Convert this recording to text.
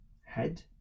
head